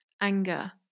anger